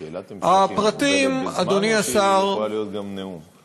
שאלת המשך מוגבלת בזמן או שהיא יכולה להיות גם נאום?